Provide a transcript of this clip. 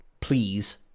please